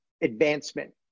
advancement